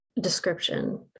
description